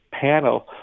panel